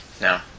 No